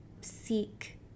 seek